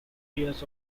years